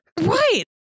Right